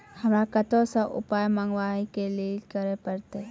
हमरा कतौ सअ पाय मंगावै कऽ लेल की करे पड़त?